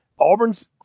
auburn's